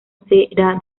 será